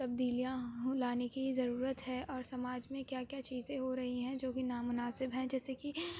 تبدیلیاں لانے کی ضرورت ہے اور سماج میں کیا کیا چیزیں ہو رہی ہیں جو کہ نا مناسب ہیں جیسے کہ